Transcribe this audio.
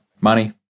money